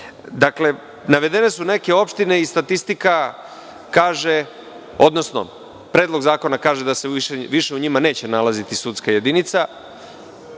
Niste.)Dakle, navedene su neke opštine i statistika kaže, odnosno Predlog zakona kaže da se u njima više neće nalaziti sudska jedinica,